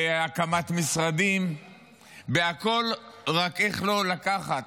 בהקמת משרדים, בכול, רק איך לא לקחת